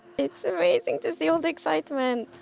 it's amazing to see all the excitement.